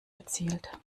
erzielt